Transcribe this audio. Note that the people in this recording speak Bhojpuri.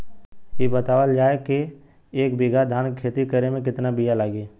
इ बतावल जाए के एक बिघा धान के खेती करेमे कितना बिया लागि?